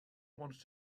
wanted